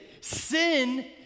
Sin